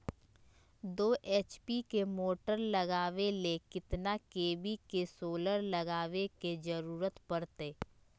दो एच.पी के मोटर चलावे ले कितना के.वी के सोलर लगावे के जरूरत पड़ते?